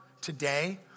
today